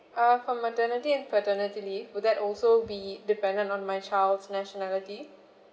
uh for maternity and paternity leave would that also be dependent on my child's nationality